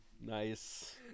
Nice